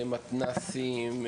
מתנ"סים,